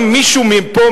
האם מישהו מפה,